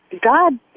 God